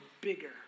bigger